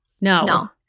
no